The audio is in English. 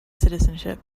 citizenship